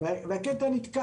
והקטע נתקע.